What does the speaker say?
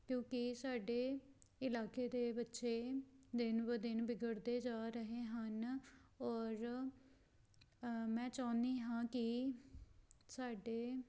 ਕਿਉਂਕਿ ਸਾਡੇ ਇਲਾਕੇ ਦੇ ਬੱਚੇ ਦਿਨ ਬ ਦਿਨ ਵਿਗੜਦੇ ਜਾ ਰਹੇ ਹਨ ਔਰ ਮੈਂ ਚਾਹੁੰਦੀ ਹਾਂ ਕਿ ਸਾਡੇ